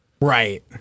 Right